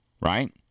Right